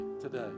today